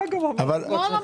אתה גם אמרת בעצמך.